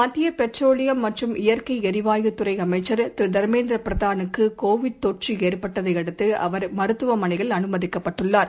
மத்தியபெட்ரோலியம் மற்றும் இயற்கைளரிவாயுத் துறைஅமைச்சர் திருதர்மேந்திரபிரதானுக்குகோவிட் தொற்றுஏற்பட்டதையடுத்துஅவர் மருத்துவமனையில் அனுமதிக்கப்பட்டுள்ளார்